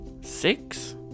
Six